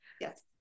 yes